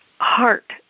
heart